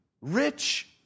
Rich